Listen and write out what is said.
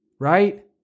Right